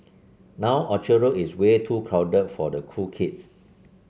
now Orchard Road is way too crowded for the cool kids